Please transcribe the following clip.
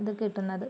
ഇത് കിട്ടുന്നത്